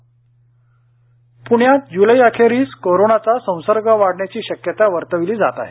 प्ण्यात जुलैअखेरीस करोनाचा संसर्ग वाढण्याची शक्यता वर्तविली जात आहे